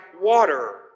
water